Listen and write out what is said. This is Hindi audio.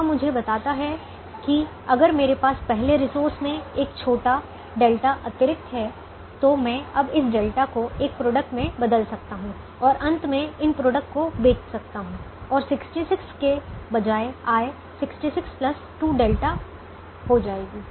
यह मुझे बताता है कि अगर मेरे पास पहले रिसोर्स में एक छोटा ઠ अतिरिक्त है तो मैं अब इस ઠ को एक प्रोडक्ट में बदल सकता हूं और अंत में इन प्रोडक्ट को बेच सकता हूं और 66 के बजाय आय 66 2ઠ हो जाएगा